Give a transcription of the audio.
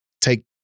Take